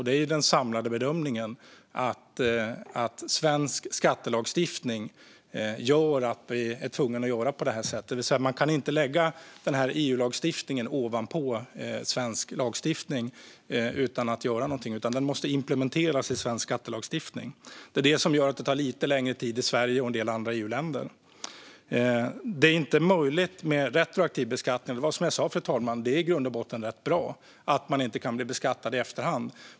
Det är den samlade bedömningen att svensk skattelagstiftning gör att vi är tvungna att göra på det här sättet. Man kan inte lägga EU-lagstiftningen ovanpå svensk lagstiftning utan att göra någonting, utan den måste implementeras i svensk skattelagstiftning. Det är det som gör att det tar lite längre tid i Sverige och en del andra EU-länder. Det är inte möjligt med retroaktiv beskattning. Det är som jag sa, fru talman: Det är i grund och botten rätt bra att man inte kan bli beskattad i efterhand.